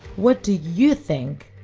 what do you think?